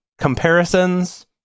comparisons